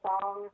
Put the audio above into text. song